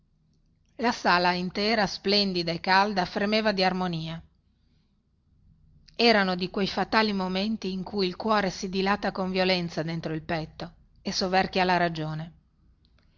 la sala intera splendida e calda fremeva di armonia erano di quei fatali momenti in cui il cuore si dilata con violenza dentro il petto e soverchia la ragione